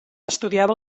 estudiava